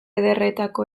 ederretako